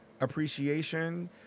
appreciation